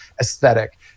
aesthetic